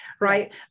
right